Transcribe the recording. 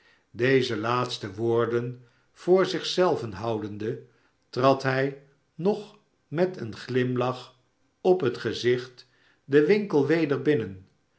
deze laatste woorden voor zich zelven houdende trad hij nog met een glimlach op het gezicht den winkel weder binnen